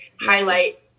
Highlight